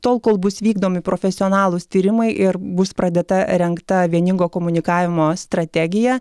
tol kol bus vykdomi profesionalūs tyrimai ir bus pradėta rengta vieningo komunikavimo strategija